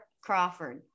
Crawford